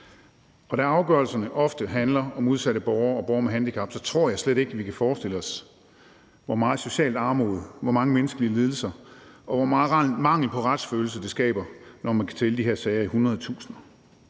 og da afgørelserne ofte handler om udsatte borgere og borgere med handicap, tror jeg slet ikke vi kan forestille os, hvor meget socialt armod, hvor mange menneskelige lidelser og hvor meget mangel på retsfølelse det skaber, når man kan tælle de her sager i